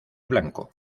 blanco